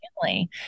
family